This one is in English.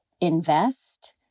invest